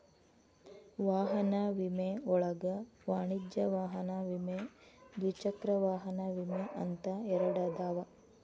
ವಾಹನ ವಿಮೆ ಒಳಗ ವಾಣಿಜ್ಯ ವಾಹನ ವಿಮೆ ದ್ವಿಚಕ್ರ ವಾಹನ ವಿಮೆ ಅಂತ ಎರಡದಾವ